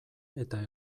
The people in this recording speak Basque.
eta